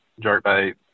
jerkbait